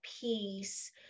peace